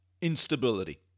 instability